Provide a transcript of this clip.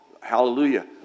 Hallelujah